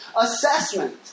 assessment